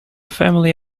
family